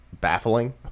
baffling